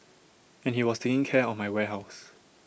and he was taking care of my warehouse